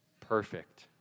perfect